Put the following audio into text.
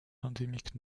endémique